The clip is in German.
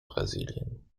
brasilien